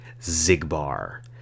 Zigbar